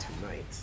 tonight